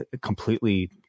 completely